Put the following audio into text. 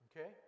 okay